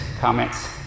Comments